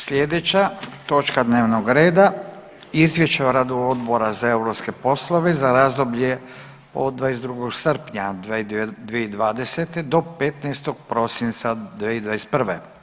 Slijedeća točka dnevnog reda - Izvješće o radu Odbora za europske poslove za razdoblje od 22. srpnja 2020. do 15. prosinca 2021.